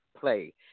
play